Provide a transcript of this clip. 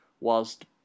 Whilst